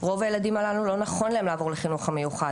רוב הילדים הללו לא נכון להם לעבור לחינוך המיוחד,